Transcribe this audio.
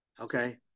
Okay